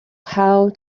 how